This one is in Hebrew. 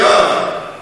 יואב,